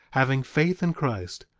having faith in christ,